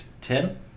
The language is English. ten